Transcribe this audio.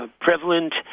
prevalent